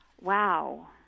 wow